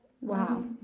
wow